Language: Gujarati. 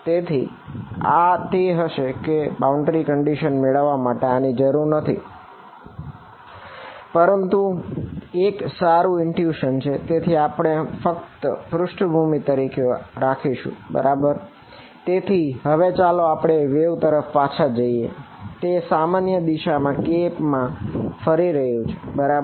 તેથી આ તે હશે કે આ બાઉન્ડ્રી કંડીશન ફરી રહ્યું છે બરાબર